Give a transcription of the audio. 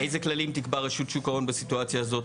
אילו כללים תקבע רשות שוק ההון בסיטואציה הזו?